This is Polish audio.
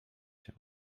się